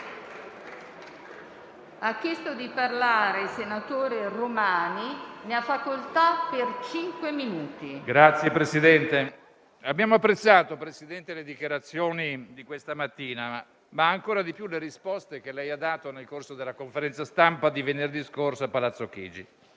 del Consiglio, abbiamo apprezzato le dichiarazioni di questa mattina, ma ancora di più le risposte che lei ha dato nel corso della conferenza stampa di venerdì scorso a Palazzo Chigi.